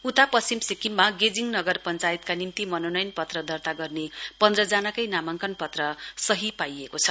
उता पश्चिम सिक्किममा गेजिङ नगर पञ्चायतका निम्ति मनोनयन पत्र दर्ता गर्ने पन्ध जनाकै नामाङ्कन पत्र सही पाइएको छ